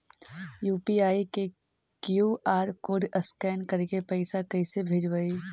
UPI के QR code scan करके पैसा कैसे भेजबइ?